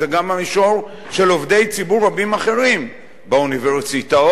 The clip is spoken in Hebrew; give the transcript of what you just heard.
זה גם במישור של עובדי ציבור רבים אחרים: באוניברסיטאות,